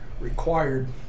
required